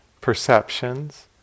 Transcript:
perceptions